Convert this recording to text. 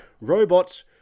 robots